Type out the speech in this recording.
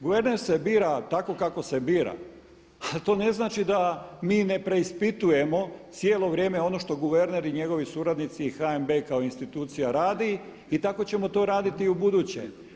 Guverner se bira tako kako se bira, a to ne znači da mi ne preispitujemo cijelo vrijeme ono što guverner i njegovi suradnici i HNB kao institucija radi i tako ćemo to raditi i u buduće.